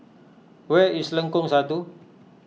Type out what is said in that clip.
where is Lengkong Satu